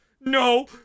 no